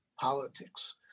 politics